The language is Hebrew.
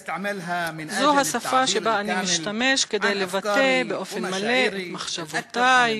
זו השפה שבה אני משתמש כדי לבטא באופן מלא את מחשבותי,